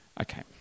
Okay